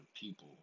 people